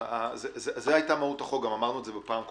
זו היתה מהות החוק, גם אמרנו את זה בפעם הקודמת.